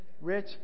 Rich